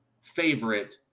favorite